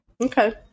Okay